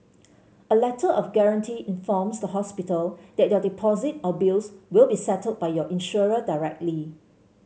a Letter of Guarantee informs the hospital that your deposit or bills will be settled by your insurer directly